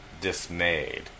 dismayed